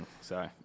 Sorry